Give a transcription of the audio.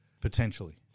potentially